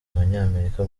abanyamerika